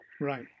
Right